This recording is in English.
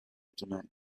tonight